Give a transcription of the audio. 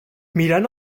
mirant